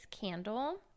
candle